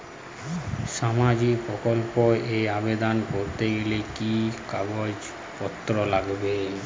সামাজিক প্রকল্প এ আবেদন করতে গেলে কি কাগজ পত্র লাগবে?